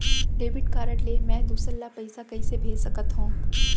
Debit card ले मैं दूसर ला पइसा कइसे भेज सकत हओं?